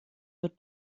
wird